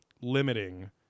limiting